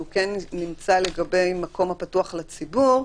שהוא כן נמצא לגבי מקום הפתוח לציבור,